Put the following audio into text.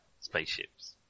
spaceships